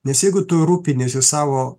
nes jeigu tu rūpiniesi savo